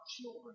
children